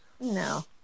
No